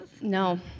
no